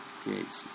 creates